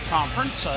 Conference